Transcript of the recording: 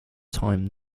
time